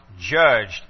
judged